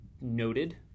Noted